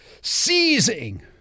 seizing